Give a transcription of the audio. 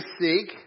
seek